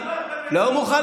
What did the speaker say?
נא לשבת.